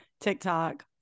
TikTok